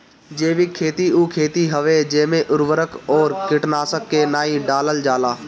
जैविक खेती उ खेती हवे जेमे उर्वरक अउरी कीटनाशक के नाइ डालल जाला